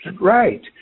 Right